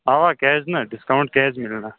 اَوا کیٛازِ نہٕ ڈِسکاوُنٛٹ کیٛازِ میلہِ نہٕ